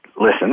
listen